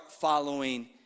following